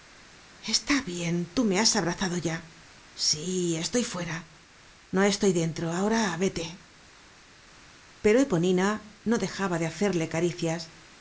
está bien tú me has abrazado ya sí estoy fuera no estoy dentro ahora vete i cosa imposible content from google book search generated at pero eponina no dejaba de hacerle caricias